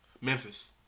Memphis